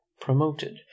promoted